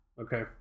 okay